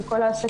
של כל העסקים.